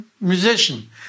musician